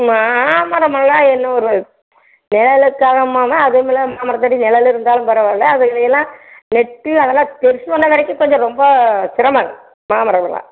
மாமரம் எல்லாம் என்ன ஒரு வெயில் காலமா அதுவும் இல்லை மாமரத்து அடி நிழல் இருந்தாலும் பரவாயில்லை அதுங்களை எல்லாம் நெட்டி அதெல்லாம் பெருசு பண்ணுற வரைக்கும் கொஞ்சம் ரொம்ப சிரமம் மாமரம் எல்லாம்